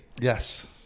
Yes